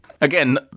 Again